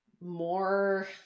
more